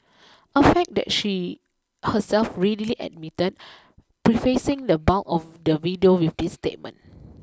a fact that she herself readily admitted prefacing the bulk of the video with this statement